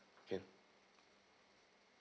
can